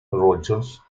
rodgers